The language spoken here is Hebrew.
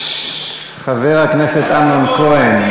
חבר הכנסת אמנון כהן,